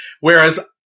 whereas